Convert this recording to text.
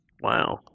wow